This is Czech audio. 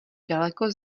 daleko